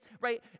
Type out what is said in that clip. right